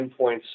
endpoints